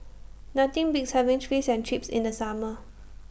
Nothing Beats having Fish and Chips in The Summer